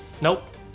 Nope